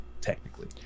technically